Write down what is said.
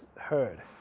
heard